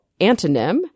antonym